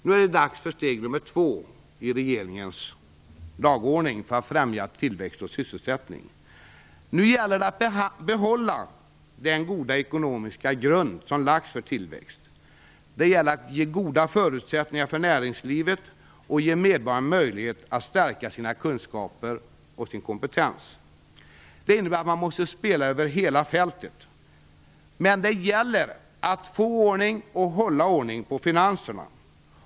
Nu är det dags för steg nummer två i regeringens dagordning för att främja tillväxt och sysselsättning. Nu gäller det att behålla den goda ekonomiska grund som lagts för tillväxt. Det gäller att ge goda förutsättningar för näringslivet och att ge medborgarna möjligheter att stärka sina kunskaper och sin kompetens. Det innebär att man måste spela över hela fältet. Det gäller att få ordning och att hålla ordning på finanserna.